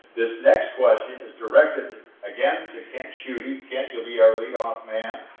this next question is directed again to kent scheutte. kent, you'll be our lead-off man.